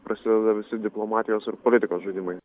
prasideda visi diplomatijos ir politikos žaidimai